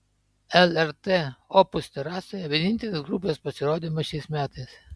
lrt opus terasoje vienintelis grupės pasirodymas šiais metais